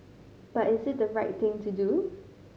but is it the right thing to do